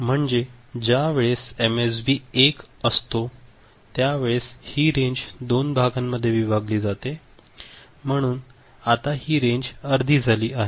म्हणजे ज्या वेळेस एमएसबी 1 असते त्यावेळेस हि रेंज दोन भागांमधे विभागली जाते म्हणून आता रेंज अर्धी झाली आहे